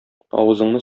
авызыңны